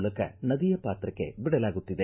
ಮೂಲಕ ನದಿಯ ಪಾತ್ರಕ್ಕೆ ಬಿಡಲಾಗುತ್ತದೆ